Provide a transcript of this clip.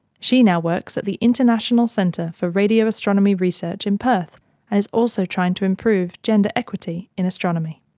she now works at the international centre for radio astronomy research in perth and is also trying to improve gender equity in astronomy.